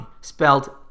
spelled